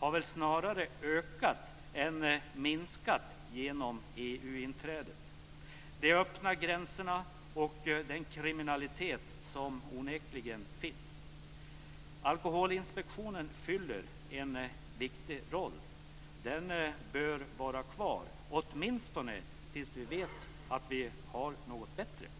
har väl snarare ökat än minskat genom EU inträdet, de öppna gränserna och den kriminalitet som onekligen finns. Alkholinspektionen fyller en viktig roll. Den bör vara kvar åtminstone tills vi vet att vi har något bättre.